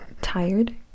tired